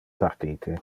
partite